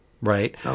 right